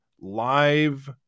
live